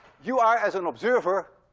you are, as an observer,